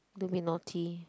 don't be naughty